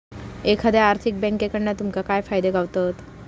एखाद्या आर्थिक बँककडना तुमका काय फायदे गावतत?